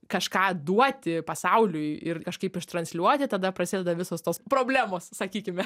kažką duoti pasauliui ir kažkaip iš transliuoti tada prasideda visos tos problemos sakykime